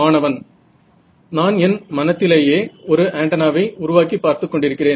மாணவன் நான் என் மனத்திலேயே ஒரு ஆண்டென்னாவை உருவாக்கி பார்த்துக் கொண்டிருக்கிறேன்